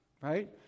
right